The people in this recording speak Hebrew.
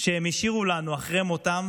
שהם השאירו לנו אחרי מותם,